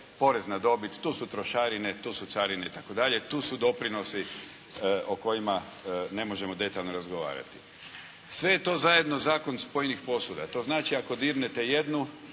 porez na dobit, tu su trošarine, tu su carine itd., tu su doprinosi o kojima ne možemo detaljno razgovarati. Sve je to zajedno zakon spojenih posuda. To znači ako dirnete jednu,